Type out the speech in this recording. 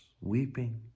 weeping